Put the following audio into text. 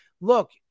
look